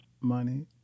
money